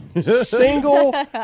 single